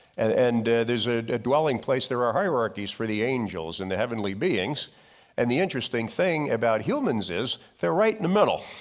and there's a dwelling place there are hierarchies for the angels, in the heavenly beings and the interesting thing about humans is they're right in the middle.